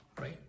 right